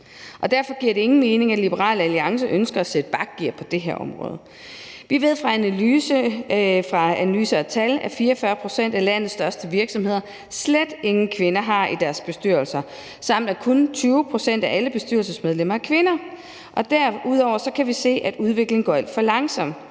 Derfor giver det ingen mening, at Liberal Alliance ønsker at sætte det her område i bakgear. Vi ved fra Analyse & Tal, at 44 pct. af landets største virksomheder slet ingen kvinder har i deres bestyrelser, samt at kun 20 pct. af alle bestyrelsesmedlemmer er kvinder. Derudover kan vi se, at udviklingen går alt for langsomt: